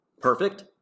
Perfect